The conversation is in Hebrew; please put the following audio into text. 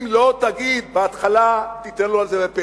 אם לא תגיד בהתחלה, תיתן לו את זה בפתק,